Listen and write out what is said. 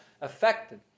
affected